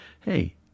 hey